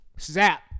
zap